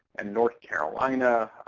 and north carolina.